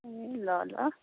ए ल ल